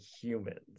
humans